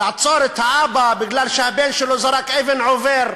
לעצור את האבא מפני שהבן שלו זרק אבן, עובר,